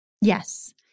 Yes